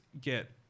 get